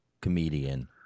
comedian